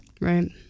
Right